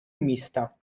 mista